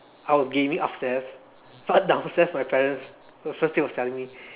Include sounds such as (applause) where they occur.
I was gaming upstairs but downstairs (laughs) my parents was first thing was telling me